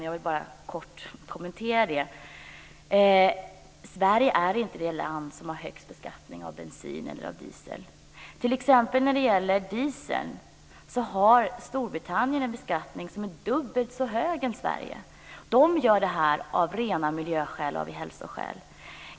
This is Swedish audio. Jag vill bara kort kommentera dem. Sverige är inte det land som har högst beskattning av bensin eller diesel. Storbritannien har en beskattning av diesel som är dubbelt så hög som den Sverige har, och detta av rena miljö och hälsoskäl.